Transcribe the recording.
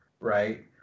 Right